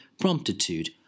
promptitude